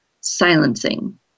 Silencing